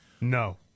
No